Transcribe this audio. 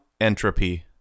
entropy